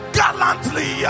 gallantly